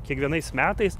kiekvienais metais